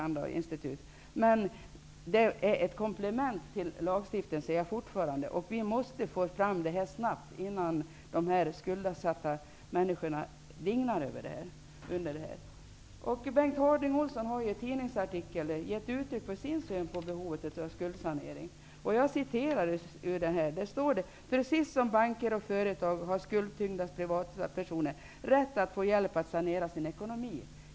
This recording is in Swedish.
Men jag anser fortfarande att det är ett komplement till lagstiftningen. Vi måste få fram det här snabbt innan de skuldsatta människorna dignar under sin börda. Bengt Harding Olson har i en tidningsartikel gett uttryck för sin syn på behovet av skuldsanering. Han sade att precis som banker och företag har skuldtyngda privatpersoner rätt att få hjälp att sanera sin ekonomi.